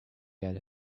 get